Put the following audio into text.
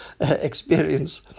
experience